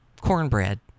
cornbread